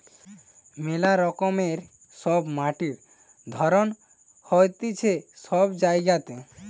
মেলা রকমের সব মাটির ধরণ হতিছে সব জায়গাতে